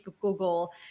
Google